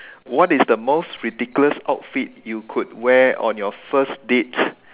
what is the most ridiculous outfit you could wear on your first date